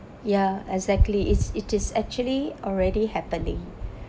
ya exactly it's it is actually already happening